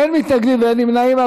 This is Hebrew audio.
אין מתנגדים, אין נמנעים.